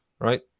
right